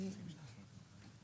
תשלחו להם